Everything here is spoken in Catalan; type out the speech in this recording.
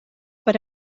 per